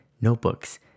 notebooks